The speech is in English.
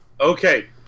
Okay